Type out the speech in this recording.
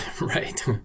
Right